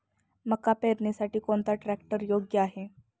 मका पेरणीसाठी कोणता ट्रॅक्टर योग्य आहे?